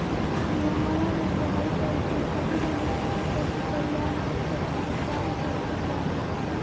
मोहना ने कहल कई की सभी मनुष्य के पशु कल्याण के क्षेत्र में कार्य करे के चाहि